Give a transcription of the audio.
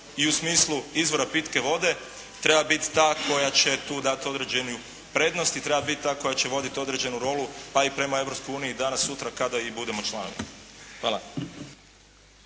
i u smislu izvora pitke vode treba biti ta koja će tu dati određenu prednost i treba biti ta koja će voditi određenu rolu, pa i prema Europskoj uniji, danas, sutra kada i budemo članovi. Hvala.